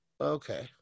Okay